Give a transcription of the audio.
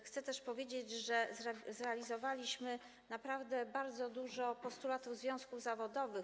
Chcę też powiedzieć, że zrealizowaliśmy naprawdę bardzo dużo postulatów związków zawodowych.